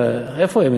איפה הם?